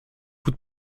coup